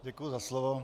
Děkuji za slovo.